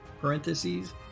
parentheses